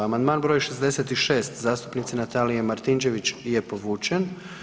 Amandman broj 66. zastupnice Natalije Martinčević je povučen.